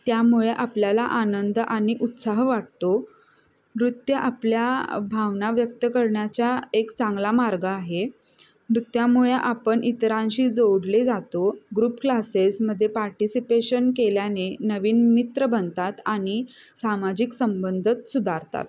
त्यामुळे आपल्याला आनंद आणि उत्साह वाटतो नृत्य आपल्या भावना व्यक्त करण्याचा एक चांगला मार्ग आहे नृत्यामुळे आपण इतरांशी जोडले जातो ग्रुप क्लासेसमध्ये पार्टिसिपेशन केल्याने नवीन मित्र बनतात आणि सामाजिक संबंध सुधारतात